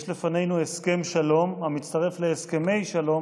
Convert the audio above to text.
יש לפנינו הסכם שלום המצטרף להסכמי שלום